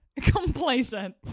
Complacent